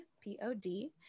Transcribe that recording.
P-O-D